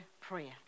prayer